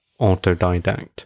autodidact